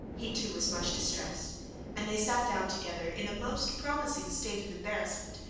he too was much distressed and they sat down together in a most promising state of embarrassment